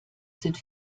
sind